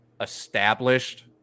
established